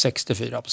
64%